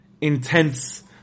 intense